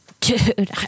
dude